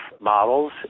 models